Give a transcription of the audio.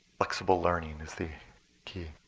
flexible learning is the key.